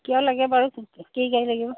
কিয় লাগে বাৰু কি গাড়ী লাগিব